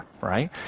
right